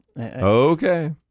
Okay